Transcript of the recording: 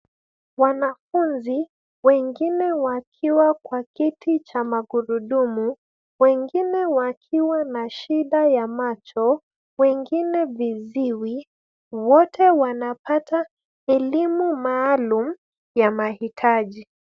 Wanafunzi, wengine wakiwa kwa kiti cha magurudumu, wengine wakiwa na shida ya macho, wengine viziwi, wote wanapata elimu maalum ya mahitaji.